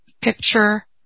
picture